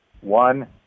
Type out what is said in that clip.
One